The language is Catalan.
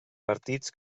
partits